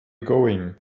going